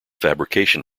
fabrication